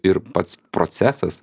ir pats procesas